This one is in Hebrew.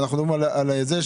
אני מדבר על אותה ניידת,